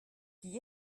qui